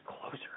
closer